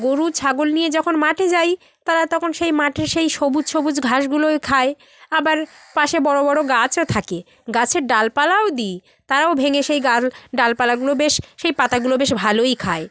গরু ছাগল নিয়ে যখন মাঠে যাই তারা তখন সেই মাঠে সেই সবুজ সবুজ ঘাসগুলোই খায় আবার পাশে বড়ো বড়ো গাছও থাকে গাছের ডালপালাও দি তারাও ভেঙ্গে সেই গাল ডালপালাগুলো বেশ সেই পাতাগুলো বেশ ভালোই খায়